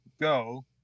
go